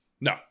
no